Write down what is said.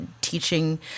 teaching